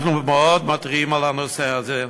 אנחנו בהחלט מתריעים על הנושא הזה.